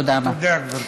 תודה, גברתי.